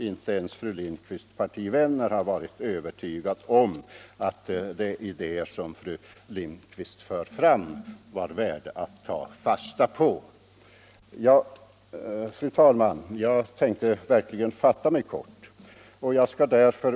Inte ens fru Lindquists partivänner har varit övertygade om att de idéer som fru Lindquist för fram är värda ta fasta på. Fru talman! Jag tänkte verkligen fatta mig kort.